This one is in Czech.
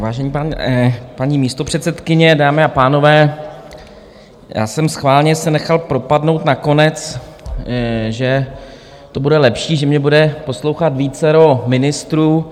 Vážená paní místopředsedkyně, dámy a pánové, já jsem schválně se nechal propadnout nakonec, že to bude lepší, že mě bude poslouchat vícero ministrů.